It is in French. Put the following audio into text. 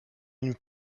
une